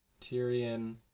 Tyrion